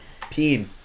peed